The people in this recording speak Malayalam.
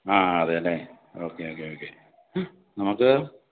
ആ അതെ അല്ലേ ഓക്കെ ഓക്കെ ഓക്കെ നമുക്ക്